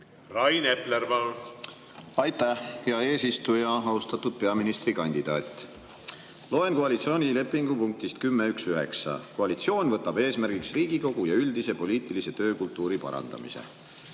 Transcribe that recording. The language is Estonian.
te koperdasite. Aitäh, hea eesistuja! Austatud peaministrikandidaat! Loen koalitsioonilepingu punktist 10.1.9: "Koalitsioon võtab eesmärgiks Riigikogu ja üldise poliitilise töökultuuri parandamise".